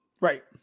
Right